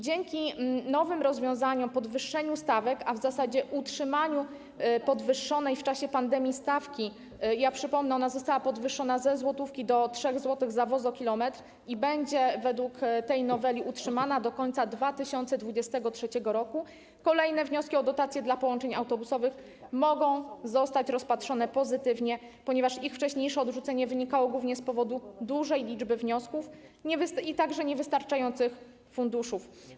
Dzięki nowym rozwiązaniom i podwyższeniu stawek, a w zasadzie utrzymaniu podwyższonej w czasie pandemii stawki - przypomnę, ona została podwyższona ze złotówki do 3 zł za wozokilometr i będzie to według tej noweli utrzymane do końca 2023 r. - kolejne wnioski o dotacje dla połączeń autobusowych zostaną rozpatrzone pozytywnie, ponieważ ich wcześniejsze odrzucenie wynikało głównie z powodu dużej liczby wniosków i niewystarczających funduszy.